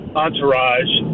entourage